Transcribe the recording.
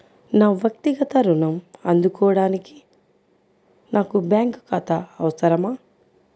నా వక్తిగత ఋణం అందుకోడానికి నాకు బ్యాంక్ ఖాతా అవసరమా?